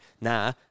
nah